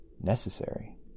necessary